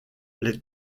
les